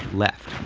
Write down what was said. left,